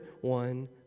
one